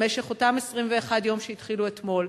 במשך אותם 21 יום שהתחילו אתמול,